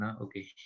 okay